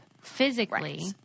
physically